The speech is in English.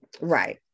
right